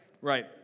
Right